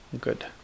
good